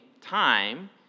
time